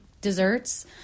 desserts